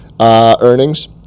earnings